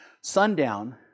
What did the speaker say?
sundown